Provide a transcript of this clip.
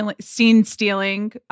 scene-stealing